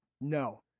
No